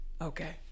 Okay